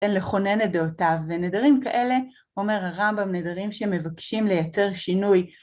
לכונן את דעותיו. ונדרים כאלה, אומר הרמב״ם, נדרים שמבקשים לייצר שינוי.